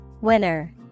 Winner